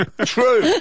True